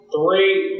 Three